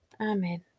amen